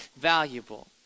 Valuable